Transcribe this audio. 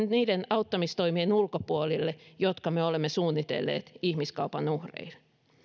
niiden auttamistoimien ulkopuolelle jotka me olemme suunnitelleet ihmiskaupan uhreille